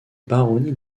baronnies